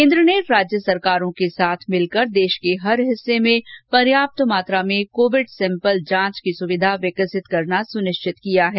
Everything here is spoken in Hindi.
केन्द्र ने राज्य सरकारों के साथ मिलकर देश के हर हिस्से में पर्याप्त मात्रा में कोविड सेंपल जांच की सुविधा विकसित करना सुनिश्चित किया है